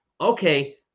Okay